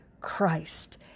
Christ